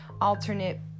alternate